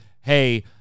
hey